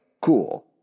Cool